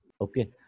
Okay